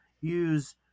use